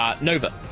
Nova